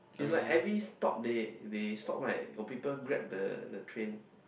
it's like every stop they they stop right got people grab the train